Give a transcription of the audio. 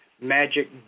magic